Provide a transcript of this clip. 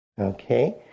okay